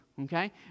okay